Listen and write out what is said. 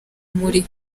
muri